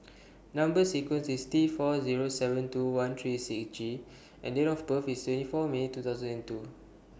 Number sequence IS T four Zero seven two one three six G and Date of birth IS twenty four May two thousand and two